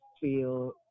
feel